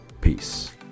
Peace